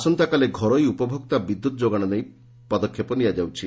ଆସନ୍ତାକାଲି ଘରୋଇ ଉପଭୋକ୍ତା ବିଦ୍ୟୁତ୍ ଯୋଗାଣ ନେଇ ପଦକ୍ଷେପ ନିଆଯାଉଛି